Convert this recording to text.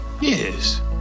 Yes